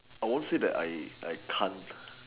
I won't say that I I cant